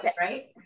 right